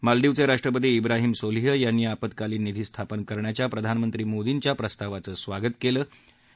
मालदिवच ्विष्ट्यपती ब्राहिम सोलिह यांनी आपत्कालिन निधी स्थापनं करण्याच्या प्रधानमंत्री मोदीच्या प्रस्तावाचं स्वागत कल्त